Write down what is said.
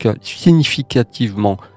significativement